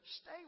stay